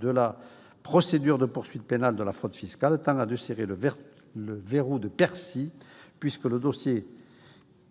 de la procédure de poursuite pénale de la fraude fiscale », tend à desserrer le « verrou de Bercy » puisque